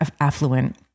affluent